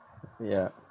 yeah